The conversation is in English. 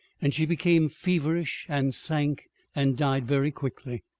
and she became feverish and sank and died very quickly.